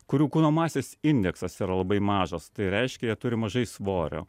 kurių kūno masės indeksas yra labai mažas tai reiškia jie turi mažai svorio